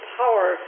power